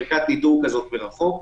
ערכה למרחוק,